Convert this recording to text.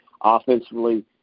Offensively